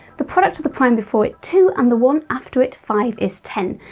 the product of the prime before it, two, and the one after it, five is ten,